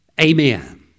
Amen